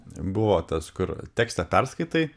buvo tas kur tekstą perskaitai